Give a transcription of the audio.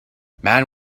man